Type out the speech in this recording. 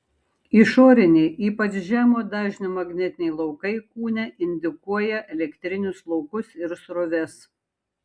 išoriniai ypač žemo dažnio magnetiniai laukai kūne indukuoja elektrinius laukus ir sroves